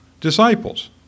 Disciples